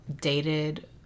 dated